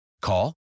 Call